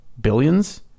billions